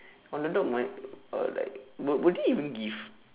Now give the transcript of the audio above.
on the dot my uh like will will they even give